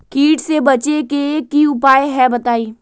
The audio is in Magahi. कीट से बचे के की उपाय हैं बताई?